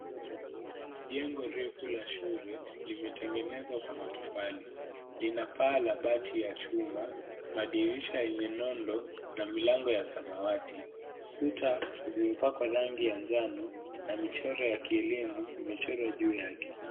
Jengo refu la shule limetengenezwa kwa matofali. Lina paa la bati ya chuma, madirisha yenye nondo na milango ya samawati. Kuta zimepakwa rangi ya njano na michoro ya kielimu imechora juu yake.